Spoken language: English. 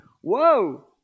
Whoa